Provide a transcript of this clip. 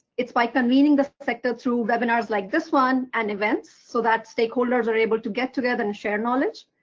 it's by convening the sector through webinars like this one and events so that stakeholders are able to get together and share knowledge.